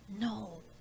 no